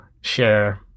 share